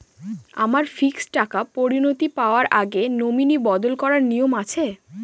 আমার ফিক্সড টাকা পরিনতি পাওয়ার আগে নমিনি বদল করার নিয়ম আছে?